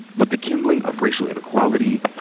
but the kindling of racial inequality,